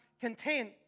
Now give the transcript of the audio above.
content